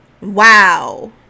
Wow